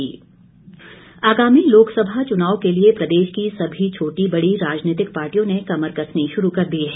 कांग्रेस आगामी लोकसभा चूनाव के लिए प्रदेश की सभी छोटी बड़ी राजनैतिक पार्टियों ने कमर कसनी शुरू कर दी है